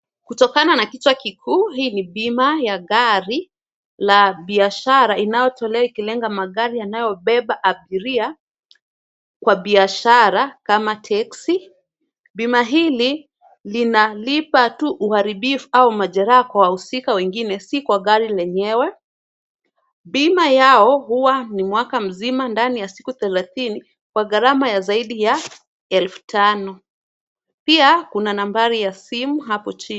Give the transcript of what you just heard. Kutokana na kichwa kikuu, hii ni bima ya gari la biashara inayotolewa ikilenga magari yanayobeba abiria kwa biashara kama teksi. Bima hili linalipa tu uharibifu au majeraha kwa wahusika wengine si kwa gari lenyewe . Bima yao huwa ni mwaka mzima ndani ya siku thelatini kwa gharama ya zaidi ya elfu tano. Pia, kuna nambari za simu hapo chini.